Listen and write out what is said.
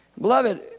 Beloved